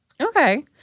Okay